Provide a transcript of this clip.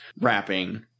rapping